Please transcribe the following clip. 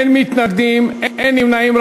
אין מתנגדים, אין נמנעים.